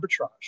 arbitrage